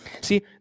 See